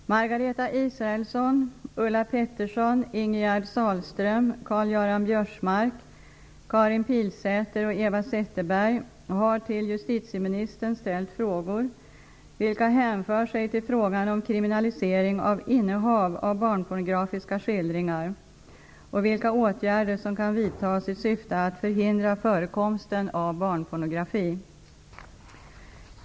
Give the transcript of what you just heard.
Fru talman! Margareta Israelsson, Ulla Pettersson, Pilsäter och Eva Zetterberg har till justitieministern ställt frågor vilka hänför sig till frågan om kriminalisering av innehav av barnpornografiska skildringar och vilka åtgärder som kan vidtas i syfte att förhindra förekomsten av barnpornografi.